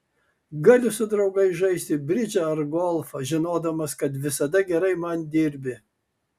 galiu su draugais žaisti bridžą ar golfą žinodamas kad visada gerai man dirbi